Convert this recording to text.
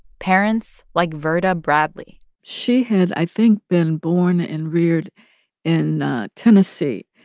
parents like verda bradley she had, i think, been born and reared in tennessee,